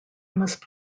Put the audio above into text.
must